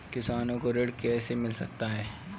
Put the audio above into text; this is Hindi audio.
किसानों को ऋण कैसे मिल सकता है?